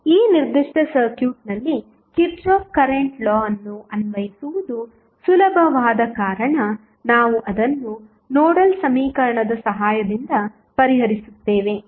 ಈ ನಿರ್ದಿಷ್ಟ ಸರ್ಕ್ಯೂಟ್ ನಲ್ಲಿ ಕಿರ್ಚಾಫ್ ಕರೆಂಟ್ ಲಾ ಅನ್ನು ಅನ್ವಯಿಸುವುದು ಸುಲಭವಾದ ಕಾರಣ ನಾವು ಅದನ್ನು ನೋಡಲ್ ಸಮೀಕರಣದ ಸಹಾಯದಿಂದ ಪರಿಹರಿಸುತ್ತೇವೆ